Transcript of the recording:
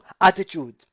attitude